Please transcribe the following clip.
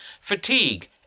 fatigue